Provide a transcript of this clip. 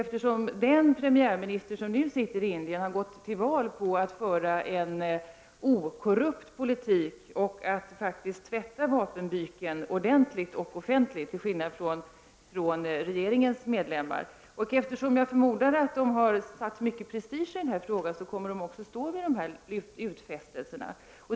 Den nuvarande premiärministern i Indien har gått till val med löftet att föra en okorrupt politik och tvätta vapenbyken både ordentligt och offentligt — till skillnad från regeringens medlemmar. Jag förmodar att det finns mycket prestige i den här frågan och att man därför också kommer att stå fast vid gjorda utfästelser.